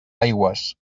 aigües